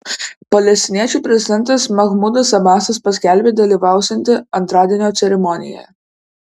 palestiniečių prezidentas mahmudas abasas paskelbė dalyvausianti antradienio ceremonijoje